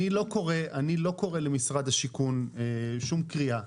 אני לא קורא למשרד השיכון שום קריאה,